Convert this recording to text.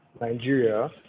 nigeria